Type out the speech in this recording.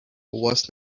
was